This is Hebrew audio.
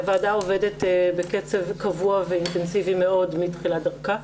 הוועדה עובדת בקצב קבוע ואינטנסיבי מאוד מתחילת דרכה.